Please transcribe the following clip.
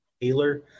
Taylor